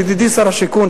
ידידי שר השיכון,